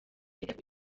ibintu